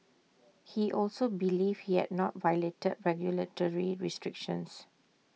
he also believed he had not violated regulatory restrictions